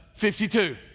52